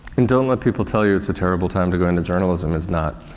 and don't let people tell you it's a terrible time to go into journalism. it's not.